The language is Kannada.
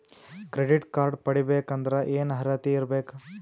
ಕ್ರೆಡಿಟ್ ಕಾರ್ಡ್ ಪಡಿಬೇಕಂದರ ಏನ ಅರ್ಹತಿ ಇರಬೇಕು?